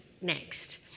next